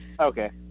Okay